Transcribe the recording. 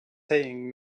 saying